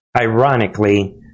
ironically